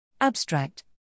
Abstract